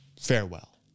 Farewell